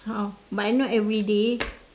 !huh! but not everyday